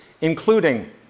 including